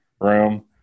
room